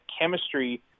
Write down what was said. chemistry